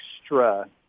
extra